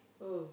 mm